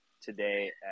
today